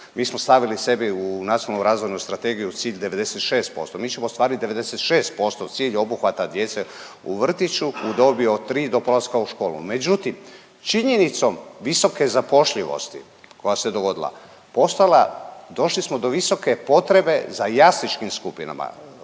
mi smo stavili sebi u Nacionalnu razvojnu strategiju cilj 96%. Mi ćemo ostvarit 96% cilj obuhvata djece u vrtiću u dobi od 3 do polaska u školu. Međutim, činjenicom visoke zapošljivosti koja se dogodila postala, došli smo do visoke potrebe za jasličkim skupinama.